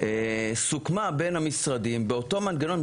שנה סוכמה בין המשרדים באותו מנגנון,